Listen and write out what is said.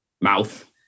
mouth